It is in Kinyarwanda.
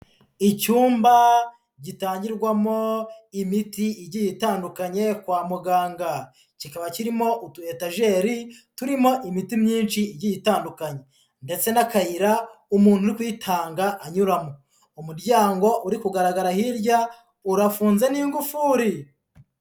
Icyumba gitangirwamo imiti igiye itandukanye kwa muganga, kikaba kirimo utu etajeri turimo imiti myinshi igiye itandukanye ndetse n'akayira umuntu uri kuyitanga anyuramo, umuryango uri kugaragara hirya urafunze n'ingufuri.